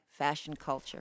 fashionculture